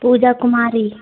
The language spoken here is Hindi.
पूजा कुमारी